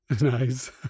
Nice